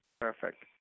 Perfect